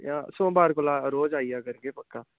सोमबार कोला दा रोज़ आई जा करगे पक्का